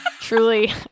truly